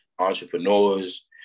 entrepreneurs